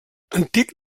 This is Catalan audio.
antic